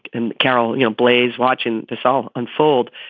and carol, you know, blaze watching this all unfold.